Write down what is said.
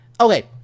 okay